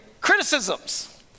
criticisms